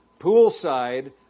poolside